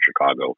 Chicago